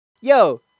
yo